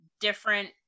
different